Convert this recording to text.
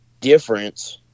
difference